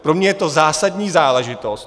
Pro mě je to zásadní záležitost.